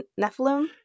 Nephilim